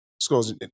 scores